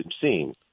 seen